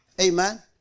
Amen